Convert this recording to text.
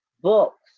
books